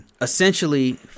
essentially